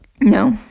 No